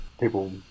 People